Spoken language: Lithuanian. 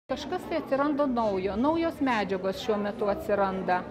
kažkas tai atsiranda naujo naujos medžiagos šiuo metu atsiranda